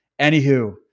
anywho